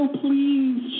please